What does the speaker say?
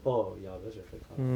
orh ya because rented car